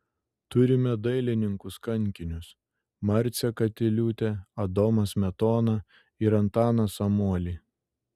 turime dailininkus kankinius marcę katiliūtę adomą smetoną ir antaną samuolį